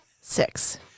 Six